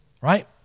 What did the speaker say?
right